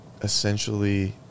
essentially